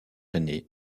aîné